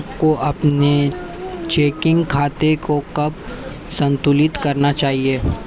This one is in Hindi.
आपको अपने चेकिंग खाते को कब संतुलित करना चाहिए?